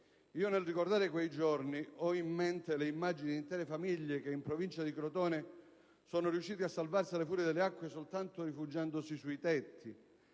Nel ricordare quei giorni, ho in mente le immagini di intere famiglie che, in provincia di Crotone, sono riuscite a salvarsi dalla furia delle acque soltanto rifugiandosi sui tetti;